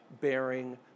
bearing